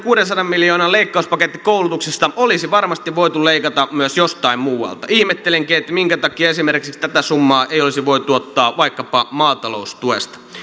kuudensadan miljoonan leikkauspaketti koulutuksesta olisi varmasti voitu leikata myös jostain muualta ihmettelenkin minkä takia esimerkiksi tätä summaa ei olisi voitu ottaa vaikkapa maataloustuesta